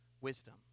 wisdom